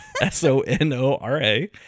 s-o-n-o-r-a